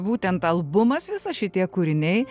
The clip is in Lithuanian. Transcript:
būtent albumas visas šitie kūriniai